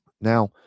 Now